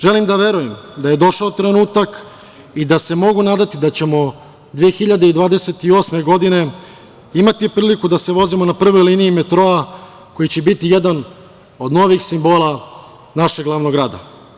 Želim da verujem da je došao trenutak i da se mogu nadati da ćemo 2028. godine imati priliku da se vozimo na prvoj liniji metroa koji će biti jedan od novih simbola našeg glavnog grada.